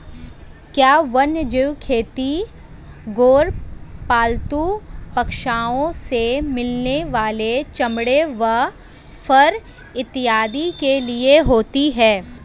क्या वन्यजीव खेती गैर पालतू पशुओं से मिलने वाले चमड़े व फर इत्यादि के लिए होती हैं?